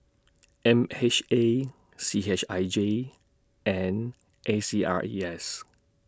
M H A C H I J and A C R E S